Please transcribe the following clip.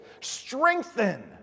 strengthen